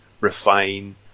refine